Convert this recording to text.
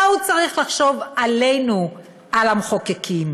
מה הוא צריך לחשוב עלינו, על המחוקקים?